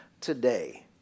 today